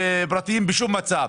פרטיים בשום מצב.